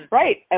right